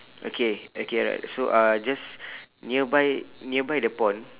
okay okay right so uh just nearby nearby the pond